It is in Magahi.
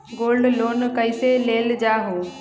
गोल्ड लोन कईसे लेल जाहु?